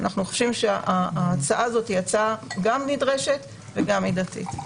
אנחנו חושבים שההצעה הזאת היא הצעה גם נדרשת וגם מידתית.